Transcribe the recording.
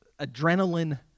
adrenaline